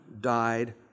died